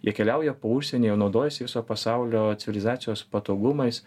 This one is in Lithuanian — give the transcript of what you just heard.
jie keliauja po užsienį jie naudojasi viso pasaulio civilizacijos patogumais